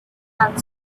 and